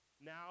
now